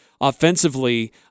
offensively